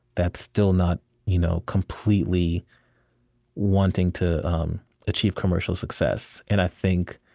that's still not you know completely wanting to um achieve commercial success and i think,